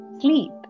Sleep